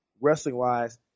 wrestling-wise